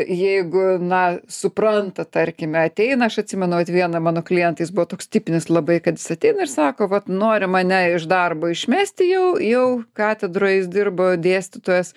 jeigu na supranta tarkime ateina aš atsimenu vat vieną mano klientą jis buvo toks tipinis labai kad jis ateina ir sako vat nori mane iš darbo išmesti jau jau katedroj jis dirbo dėstytojas